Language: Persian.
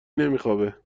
نمیخوابه